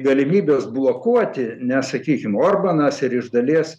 galimybės blokuoti ne sakykim orbanas ir iš dalies